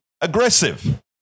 aggressive